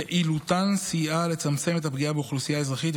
פעילותן סייעה לצמצם את הפגיעה באוכלוסייה אזרחית,